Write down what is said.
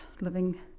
living